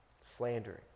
slandering